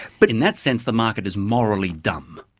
but in that sense the market is morally dumb.